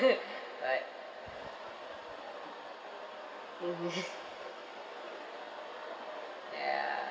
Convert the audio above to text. what mmhmm ya